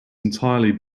entirely